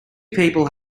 people